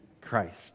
Christ